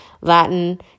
Latin